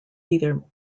either